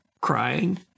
crying